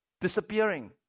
disappearing